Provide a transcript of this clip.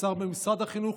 השר במשרד החינוך,